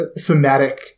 thematic